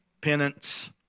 penance